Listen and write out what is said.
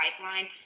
pipeline